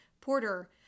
Porter